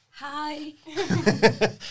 Hi